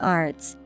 arts